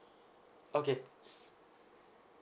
okay